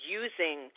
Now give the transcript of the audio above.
using